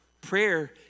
Prayer